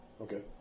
Okay